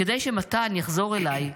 כדי שמתן יחזור אליי,